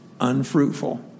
unfruitful